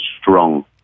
strong